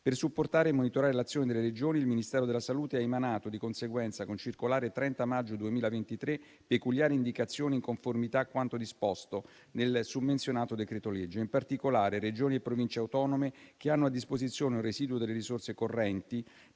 Per supportare e monitorare l'azione delle Regioni, il Ministero della salute ha emanato, di conseguenza, con circolare 30 maggio 2023, peculiari indicazioni in conformità a quanto disposto nel summenzionato decreto-legge. In particolare, Regioni e Province autonome che hanno a disposizione un residuo delle risorse correnti